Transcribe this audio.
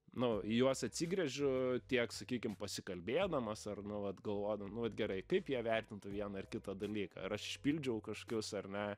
nu į juos atsigręžiu tiek sakykim pasikalbėdamas ar nu vat galvo nu vat gerai kaip jie vertintų vieną ar kitą dalyką ar aš išpildžiau kažkius ar ne